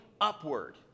upward